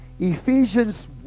Ephesians